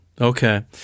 Okay